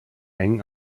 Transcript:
eng